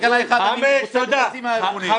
--- חצי מהארגונים.